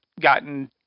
gotten